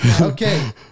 Okay